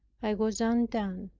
i was undone.